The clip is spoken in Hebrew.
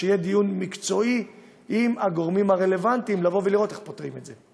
שיהיה דיון מקצועי עם הגורמים הרלוונטיים לבוא ולראות איך פותרים את זה.